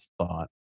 thought